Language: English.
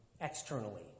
externally